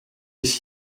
ich